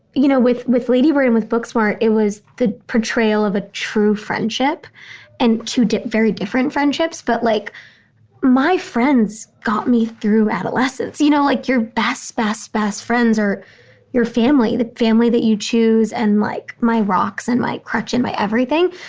you know, with with ladybird and with booksmart, it was the portrayal of a true friendship and two very different friendships. but like my friends got me through adolescence, you know, like your best, best, best friends are your family, the family that you choose. and like my rocks and my crutch and my everything.